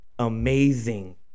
amazing